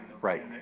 Right